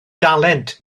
dalent